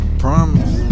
promise